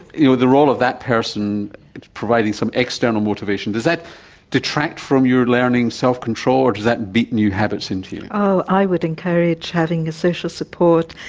you know the role of that person providing some external motivation. does that detract from you learning self-control or does that beat new habits into you? i would encourage having a social support,